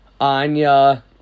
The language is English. Anya